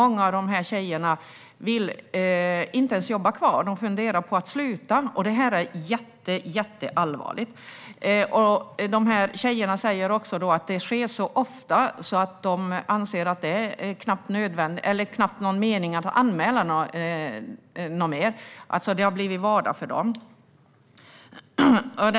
Många av de här tjejerna vill inte ens jobba kvar. De funderar på att sluta. Det här är jätteallvarligt. Tjejerna säger också att det sker så ofta att de anser att det knappt är någon mening med att anmäla längre. Det har alltså blivit vardag för dem.